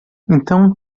então